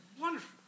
wonderful